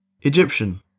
Egyptian